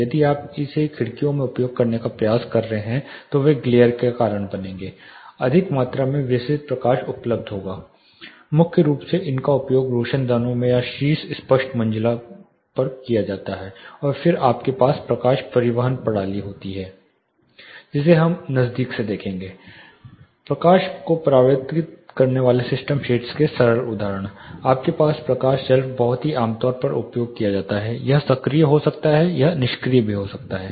यदि आप इसे खिड़कियों में उपयोग करने का प्रयास कर रहे हैं तो वे ग्लेर का कारण बनेंगे अधिक मात्रा में विसरित प्रकाश उपलब्ध होगा मुख्य रूप से इनका उपयोग रोशनदानों में या शीर्ष स्पष्ट मंजिला पर किया जाता है और फिर आपके पास प्रकाश परिवहन प्रणाली होती है जिसे हम नजदीक से देखेंगे पर प्रकाश को परिवर्तित करने वाले सिस्टम शेड्स के सरल उदाहरण आपके पास प्रकाश शेल्फ बहुत ही आमतौर पर उपयोग किया जाता है यह सक्रिय हो सकता है यह निष्क्रिय हो सकता है